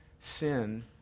sin